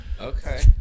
okay